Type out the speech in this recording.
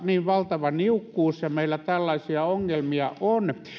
niin valtava niukkuus ja meillä tällaisia ongelmia on